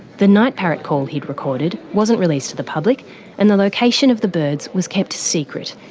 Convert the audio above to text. the night parrot call he'd recorded wasn't released to the public and the location of the birds was kept secret.